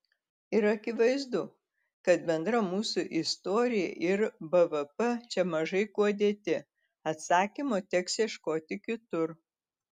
ir akivaizdu kad bendra mūsų istorija ir bvp čia mažai kuo dėti atsakymo teks ieškoti kitur